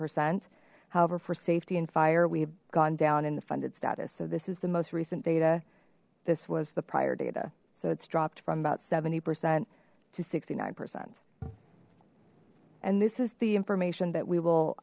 percent however for safety and fire we've gone down in the funded status so this is the most recent data this was the prior data so it's dropped from about seventy percent to sixty nine percent and this is the information that we will